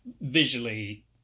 visually